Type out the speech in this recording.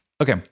Okay